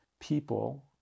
people